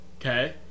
okay